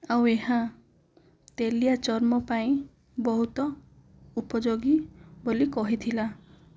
ଆଉ ଏହା ତେଲିଆ ଚର୍ମ ପାଇଁ ବହୁତ ଉପଯୋଗୀ ବୋଲି କହିଥିଲା